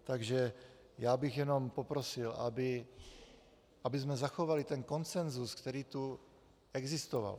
Takže bych jenom poprosil, abychom zachovali ten konsenzus, který tu existoval.